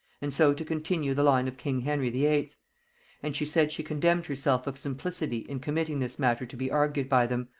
and so to continue the line of king henry the eighth and she said she condemned herself of simplicity in committing this matter to be argued by them,